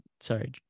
sorry